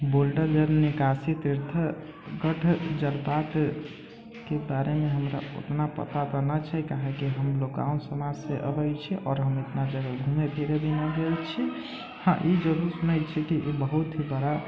boulder जल निकासी तीर्थ के बारेमे हमरा ओतना पता तऽ नहि छैक काहेकि हमलोग गाँव समाज से अबैत छी आओर हम एतना जगह घूमे फिरे भी नऽ गेल छी हँ ई जरूर सुनैत छी कि ई बहुत बड़ा